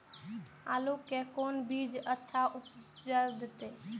आलू के कोन बीज अच्छा उपज दे छे?